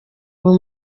uwo